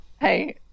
Hey